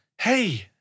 Hey